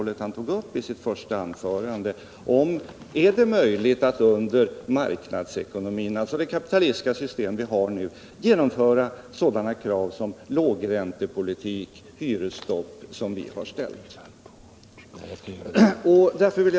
Resonemanget gäller — medelstora alltså frågan om det är möjligt att i en marknadsekonomi, alltså det — företagens utveckkapitalistiska system som vi har nu, genomföra de krav vpk ställt på = ling, m.m. lågräntepolitik och hyresstopp.